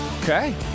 Okay